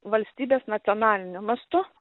valstybės nacionaliniu mastu